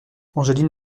angeline